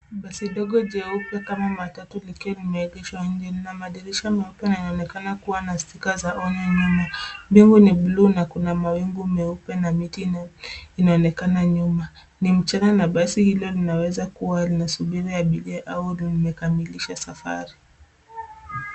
Basi ndogo jeupe kama matatu likiwa limeegeshwa mjini. Lina madirisha meupe na yanaonekana kuwa na stika za onyo nyuma. Mbingu ni buluu na kuna mawingu meupe na miti inaonekana nyuma. Ni mchana na basi hilo linaweza kuwa linasubiri abiria au limekamilisha safari.